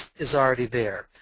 is already there.